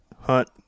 hunt